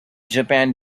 japan